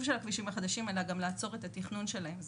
של הכבישים החדשים אלא גם לעצור את התכנון שלהם.